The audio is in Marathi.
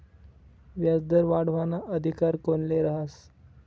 व्याजदर वाढावाना अधिकार कोनले रहास?